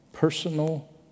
Personal